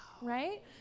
Right